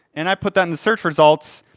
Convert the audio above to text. and i put that in the search results,